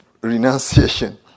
renunciation